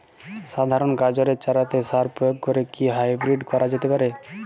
সাধারণ গাজরের চারাতে সার প্রয়োগ করে কি হাইব্রীড করা যেতে পারে?